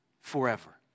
forever